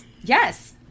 Yes